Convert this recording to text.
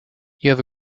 have